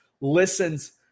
listens